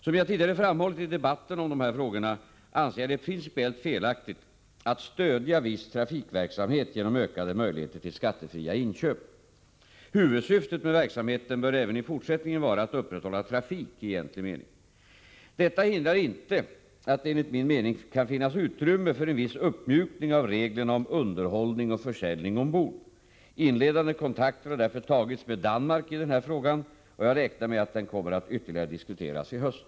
Som jag tidigare framhållit i debatten om dessa frågor anser jag det principiellt felaktigt att stödja viss trafikverksamhet genom ökade möjligheter till skattefria inköp. Huvudsyftet med verksamheten bör även i fortsättningen vara att upprätthålla trafik i egentlig mening. Detta hindrar inte att det enligt min mening kan finnas utrymme för en viss uppmjukning av reglerna om underhållning och försäljning ombord. Inledande kontakter har därför tagits med Danmark i denna fråga, och jag räknar med att den kommer att ytterligare diskuteras i höst.